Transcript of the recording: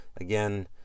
again